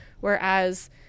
whereas